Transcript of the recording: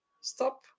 stop